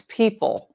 people